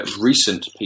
recent